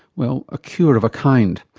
well, a cure of a kind.